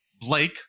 Blake